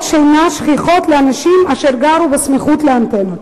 שינה שכיחות אצל אנשים אשר גרו בסמיכות לאנטנות.